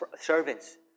servants